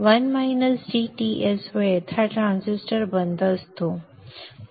1 - d Ts वेळेत हा transistor बंद असतो